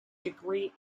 degree